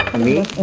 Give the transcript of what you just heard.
me?